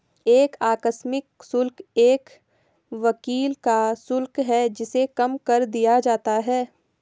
एक आकस्मिक शुल्क एक वकील का शुल्क है जिसे कम कर दिया जाता है